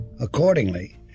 Accordingly